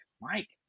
Mike